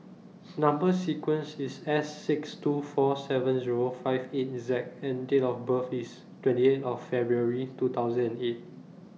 Number sequence IS S six two four seven Zero five eight Z and Date of birth IS twenty eight of February two thousand and eight